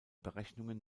berechnungen